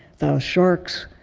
the sharks,